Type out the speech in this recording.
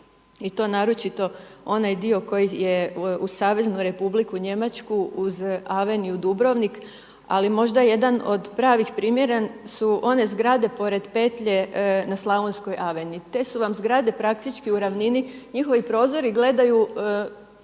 i to naročito onaj dio koji je uz Saveznu Republiku Njemačku, uz Aveniju Dubrovnik, ali možda jedan od pravih primjera su one zgrade pored petlje na Slavonskoj aveniji. Te su vam zgrade praktički u ravnini. Njihovi prozori gledaju